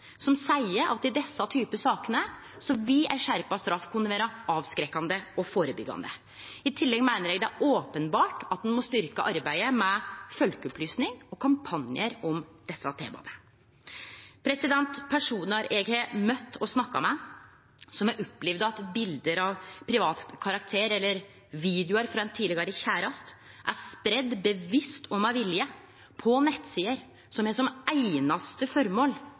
som seier at i desse typar saker vil ei skjerpa straff kunne vere avskrekkande og førebyggjande. I tillegg meiner eg det er openbert at ein må styrkje arbeidet med folkeopplysning og kampanjar om desse temaa. Eg har møtt og snakka med personar som har opplevd at bilde av privat karakter eller videoar frå ein tidlegare kjærast er spreidde bevisst og med vilje på nettsider som har som einaste